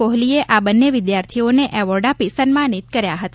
કોહલીએ આ બંને વિદ્યાર્થીઓને એવોર્ડ આપી સન્માનિત કર્યા હતા